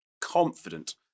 confident